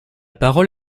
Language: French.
parole